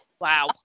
Wow